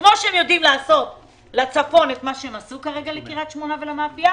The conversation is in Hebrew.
כמו שהם יודעים לעשות לצפון את מה שהם עשו כרגע לקריית שמונה ולמאפייה,